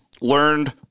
learned